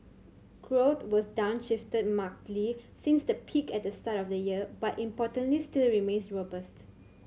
growth was downshifted markedly since the peak at the start of the year but importantly still remains robust